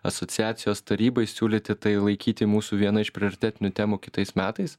asociacijos tarybai siūlyti tai laikyti mūsų viena iš prioritetinių temų kitais metais